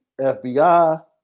FBI